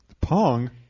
Pong